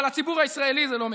אבל לציבור הישראלי זה לא מגיע.